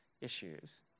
issues